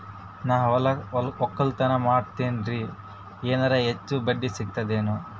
ನಾ ಒಕ್ಕಲತನ ಮಾಡತೆನ್ರಿ ಎನೆರ ಹೆಚ್ಚ ಬಡ್ಡಿ ಸಿಗತದೇನು?